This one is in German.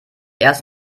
erst